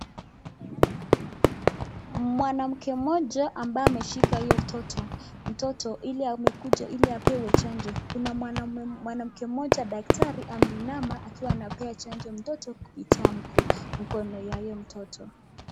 Mwanamke mmoja ambaye ameshika huyo mtoto, mtoto ili alikuja ili apewe chanjo kuna mwanamke mmoja daktari ambaye ameinama akiwa anampea chanjo mtoto kupitia mguu, mkono ya huyo mtoto.